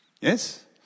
Yes